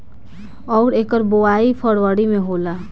अउर एकर बोवाई फरबरी मे होला